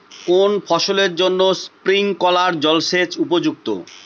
কোন ফসলের জন্য স্প্রিংকলার জলসেচ পদ্ধতি উপযুক্ত?